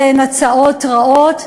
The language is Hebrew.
אלה הן הצעות רעות,